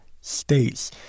states